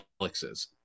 Alex's